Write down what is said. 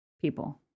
people